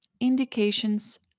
Indications